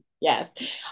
Yes